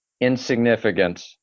insignificant